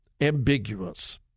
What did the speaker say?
ambiguous